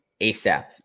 ASAP